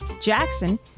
jackson